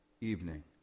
evening